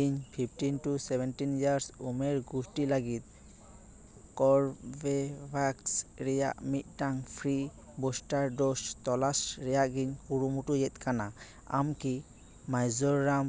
ᱤᱧ fifteen to seventeen years ᱩᱢᱮᱨ ᱜᱩᱥᱴᱤ ᱞᱟᱹᱜᱤᱫ ᱠᱚᱨᱵᱮᱵᱷᱮᱠᱥ ᱨᱮᱭᱟᱜ ᱢᱤᱫᱴᱟᱝ ᱯᱷᱨᱤ ᱵᱳᱥᱴᱟᱨ ᱰᱳᱡᱽ ᱛᱚᱞᱟᱥ ᱨᱮᱭᱟᱜ ᱜᱤᱧ ᱠᱩᱨᱩᱢᱩᱴᱩᱭᱮᱫ ᱠᱟᱱᱟ ᱟᱢ ᱠᱤ ᱢᱤᱡᱚᱨᱟᱢ